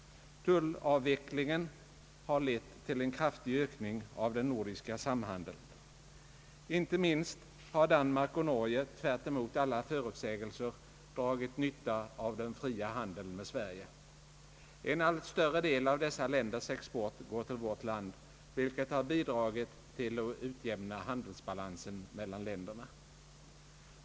Tullavvecklingen har lett till en kraftig ökning av den nordiska samhandeln. Inte minst har Danmark och Norge, tvärtemot alla förutsägelser, ragit nytta av den fria handeln med Sverige. En allt större del av dessa länders export går till vårt land, vilket har bidragit till att utjämna handelsbalansen mellan länderna.